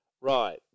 Right